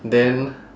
then